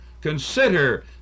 Consider